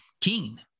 Keen